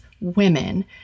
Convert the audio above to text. women